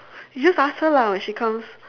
you just ask her lah when she comes